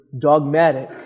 dogmatic